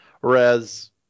whereas